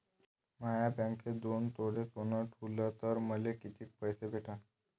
म्या बँकेत दोन तोळे सोनं ठुलं तर मले किती पैसे भेटन